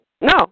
No